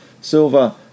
silver